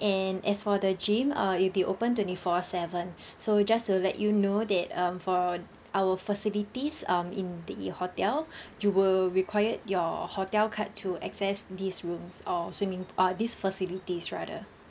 and as for the gym err it'll be open twenty four seven so you just to let you know that um for our facilities um in the hotel you will required your hotel card to access these rooms or swimming uh these facilities rather